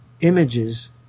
images